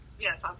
yes